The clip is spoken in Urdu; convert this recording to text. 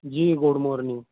G good morning